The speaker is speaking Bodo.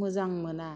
मोजां मोना